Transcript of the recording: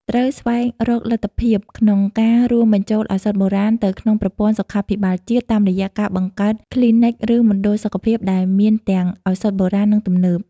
ត្រូវស្វែងរកលទ្ធភាពក្នុងការរួមបញ្ចូលឱសថបុរាណទៅក្នុងប្រព័ន្ធសុខាភិបាលជាតិ តាមរយៈការបង្កើតគ្លីនិក ឬមណ្ឌលសុខភាពដែលមានទាំងឱសថបុរាណ និងទំនើប។